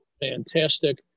fantastic